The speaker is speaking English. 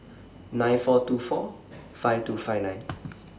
nine four two four five two five nine